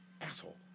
Asshole